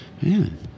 man